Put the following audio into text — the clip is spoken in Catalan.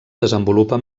desenvolupa